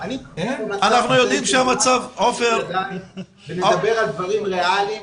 צריך לדבר על דברים ריאליים.